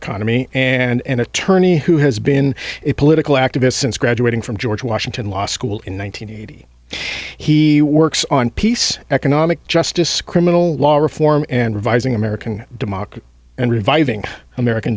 economy and attorney who has been a political activist since graduating from george washington law school in one nine hundred eighty he works on peace economic justice criminal law reform and revising american democracy and reviving american